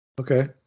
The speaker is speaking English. Okay